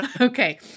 Okay